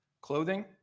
Clothing